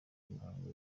imihango